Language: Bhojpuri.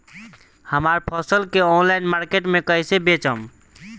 हमार फसल के ऑनलाइन मार्केट मे कैसे बेचम?